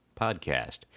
podcast